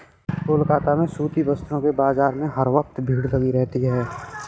कोलकाता में सूती वस्त्रों के बाजार में हर वक्त भीड़ लगी रहती है